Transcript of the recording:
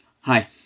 Hi